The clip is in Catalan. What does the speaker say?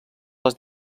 les